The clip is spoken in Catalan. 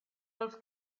els